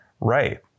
Right